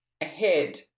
ahead